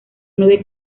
nueve